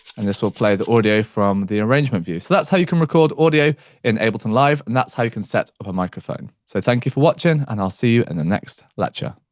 and this will play the audio from the arrangement view, so that's how you can record audio in ableton live, and that's how you can set up a microphone. so thank you for watching, and i'll see you in and the next lecture.